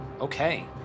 Okay